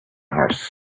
horse